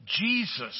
Jesus